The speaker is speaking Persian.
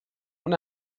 اون